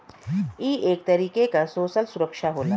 ई एक तरीके क सोसल सुरक्षा होला